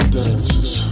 dances